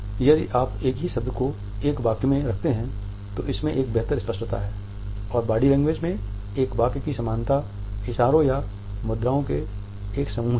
यदि आप एक ही शब्द को एक वाक्य में रखते हैं तो इसमें एक बेहतर स्पष्टता है और बॉडी लैंग्वेज में एक वाक्य की समानता इशारों या मुद्राओं के एक समूह से है